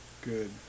good